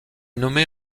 nommée